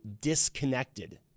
disconnected